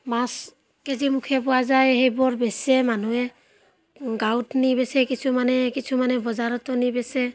মাছ KG মুখে পোৱা যায় সেইবোৰ বেচে মানুহে গাঁৱত নি বেচে কিছুমানে কিছুমানে বজাৰতো নি বেচে